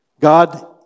God